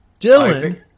Dylan